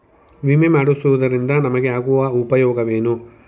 ವಿಮೆ ಮಾಡಿಸುವುದರಿಂದ ನಮಗೆ ಆಗುವ ಉಪಯೋಗವೇನು?